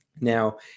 Now